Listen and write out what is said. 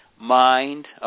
mind